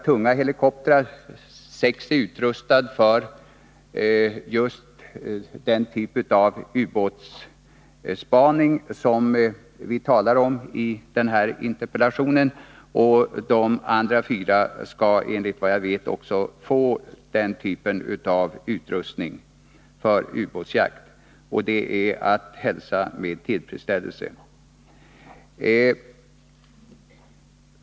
Sex av dessa är utrustade för just den typ av ubåtsspaning som vi talar om i den här interpellationsdebatten. De andra fyra helikoptrarna skall, enligt vad jag vet, också få den typen av utrustning för ubåtsjakt. Det är att hälsa med tillfredsställelse.